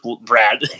Brad